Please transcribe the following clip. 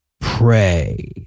pray